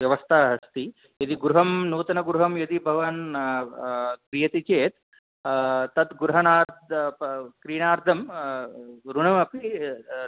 व्यवस्था अस्ति यदि गृहं नूतनगृहं यदि भवान् क्रीणयति चेत् तत् गृहात् क्रीणार्थम् ऋणमपि